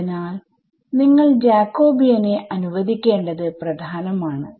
അതിനാൽ നിങ്ങൾ ജാകോബിയനെ അനുവദിക്കേണ്ടത് പ്രധാനം ആണ്